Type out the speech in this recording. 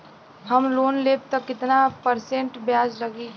हम लोन लेब त कितना परसेंट ब्याज लागी?